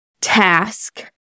task